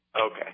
Okay